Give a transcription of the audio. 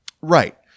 Right